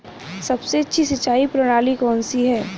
सबसे अच्छी सिंचाई प्रणाली कौन सी है?